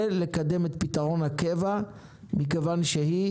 ולקדם את פתרון הקבע מכיוון שהיא